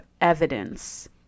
evidence